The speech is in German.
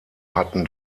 hatten